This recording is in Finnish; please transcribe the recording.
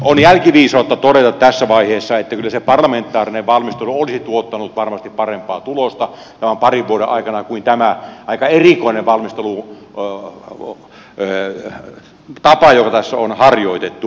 on jälkiviisautta todeta tässä vaiheessa että kyllä se parlamentaarinen valmistelu olisi tuottanut varmasti parempaa tulosta tämän parin vuoden aikana kuin tämä aika erikoinen valmistelutapa jota tässä on harjoitettu